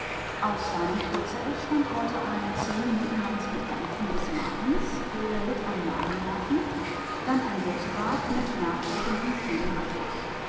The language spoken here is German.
auf seinem kurzettel stand heute ein zehn minuten langes bedampfen des magens er litt an magennerven dann ein bürstbad mit nachfolgendem kühlen abguß